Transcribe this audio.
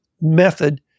method